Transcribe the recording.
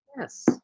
Yes